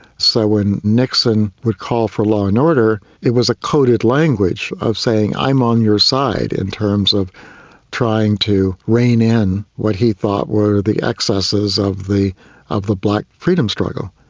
so when nixon would call for law and order, it was a coded language of saying i'm on your side in terms of trying to rein in what he thought were the excesses of the of the black freedom struggle.